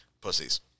Pussies